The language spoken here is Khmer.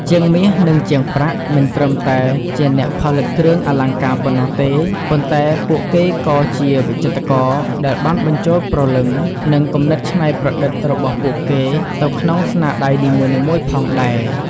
ជាងមាស និងជាងប្រាក់មិនត្រឹមតែជាអ្នកផលិតគ្រឿងអលង្ការប៉ុណ្ណោះទេ ប៉ុន្តែពួកគេក៏ជា វិចិត្រករ ដែលបានបញ្ចូលព្រលឹង និងគំនិតច្នៃប្រឌិតរបស់ពួកគេទៅក្នុងស្នាដៃនីមួយៗផងដែរ។